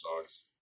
songs